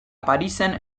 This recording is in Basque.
parisen